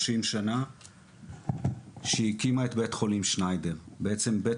שנה כשהקימה את בית חולים שניידר שהוא בעצם בית